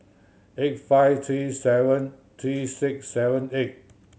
eight five three seven three six seven eight